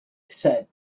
said